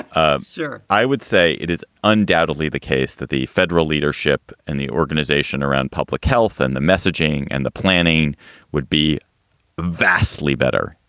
ah i would say it is undoubtedly the case that the federal leadership and the organization around public health and the messaging and the planning would be vastly better,